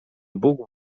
bóg